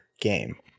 game